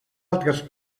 altres